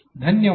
धन्यवाद